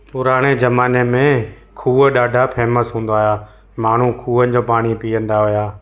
पुराणे जमाने में खुह ॾाढा फेमस हूंदा हुआ माण्हू खुहनि जो पाणी पीअंदा हुआ